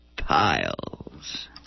piles